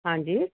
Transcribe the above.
हांजी